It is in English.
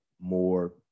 more